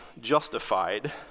justified